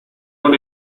con